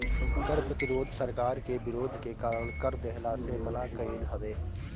कर प्रतिरोध सरकार के विरोध के कारण कर देहला से मना कईल हवे